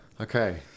Okay